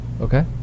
Okay